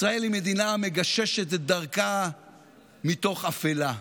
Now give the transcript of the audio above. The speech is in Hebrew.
ישראל היא מדינה המגששת את דרכה מתוך אפלה,